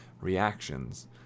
reactions